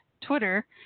Twitter